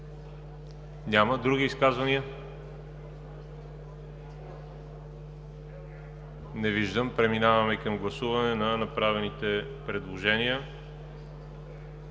Няма. Други изказвания? Не виждам. Преминаваме към гласуване на направените предложения